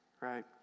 right